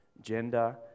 gender